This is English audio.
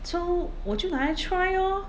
so 我就来 try lor